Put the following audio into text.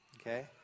Okay